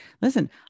Listen